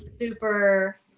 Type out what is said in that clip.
super